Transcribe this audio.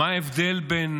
מה ההבדל בין